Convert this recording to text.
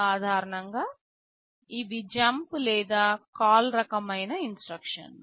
సాధారణంగా ఇవి జంప్ లేదా కాల్ రకమైన ఇన్స్ట్రక్షన్లు